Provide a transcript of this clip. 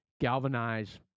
Galvanize